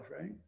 right